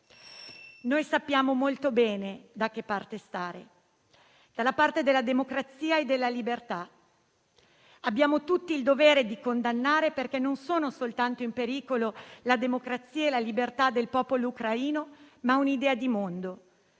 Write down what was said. Sappiamo molto bene da che parte stare: dalla parte della democrazia e della libertà. Abbiamo tutti il dovere di condannare perché sono in pericolo non soltanto la democrazia e la libertà del popolo ucraino, ma un'idea di mondo.